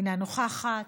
אינה נוכחת,